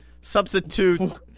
substitute